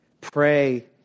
pray